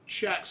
checks